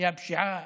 היא הפשיעה.